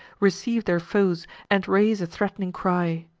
receive their foes, and raise a threat'ning cry.